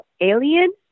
alien